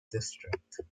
district